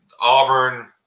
Auburn